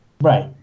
Right